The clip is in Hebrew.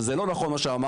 וזה לא נכון מה שאמרת,